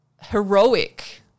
heroic